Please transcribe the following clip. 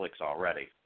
already